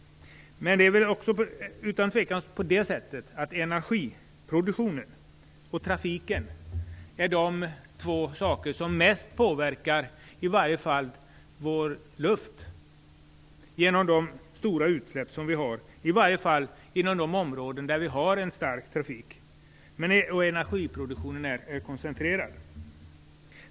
Det är utan tvivel på det sättet att energiproduktionen och trafiken är de två saker som mest påverkar luften, genom de stora utsläpp som görs, i varje fall i de områden där det är stark trafik och där energiproduktionen är koncentrerad.